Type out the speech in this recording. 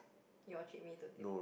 you treat me to